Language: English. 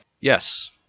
yes